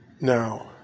Now